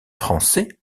français